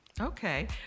Okay